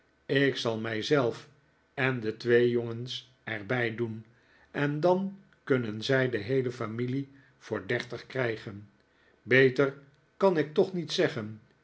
ik zal mij zelf en de twee jongens er bij doen en dan kunnen zij de heele familie voor dertig krijgen beter kan ik toch niet zeggen